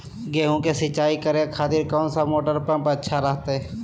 गेहूं के सिंचाई करे खातिर कौन सा मोटर पंप अच्छा रहतय?